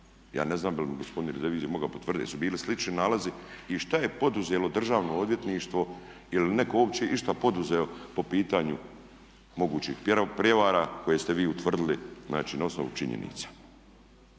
Ja ne znam bi li gospodin revizor mogao potvrditi jesu bili slični nalazi i što je poduzelo Državno odvjetništvo, je li netko uopće nešto poduzeo po pitanju mogućih prijevara koje ste vi utvrdili znači na osnovu činjenica?